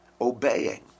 Obeying